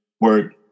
work